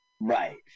Right